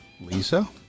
Lisa